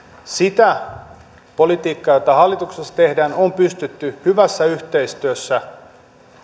sitä politiikkaa jota hallituksessa tehdään on pystytty hyvässä yhteistyössä